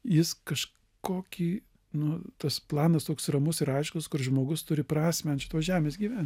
jis kažkokį nu tas planas toks ramus ir aiškus kur žmogus turi prasmę ant šitos žemės gyvent